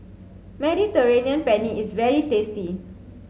Mediterranean Penne is very tasty